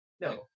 no